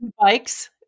bikes